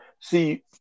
See